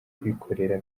kwikorera